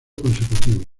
consecutivo